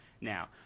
now